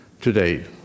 today